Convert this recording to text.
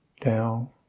down